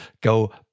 go